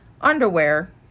underwear